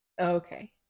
Okay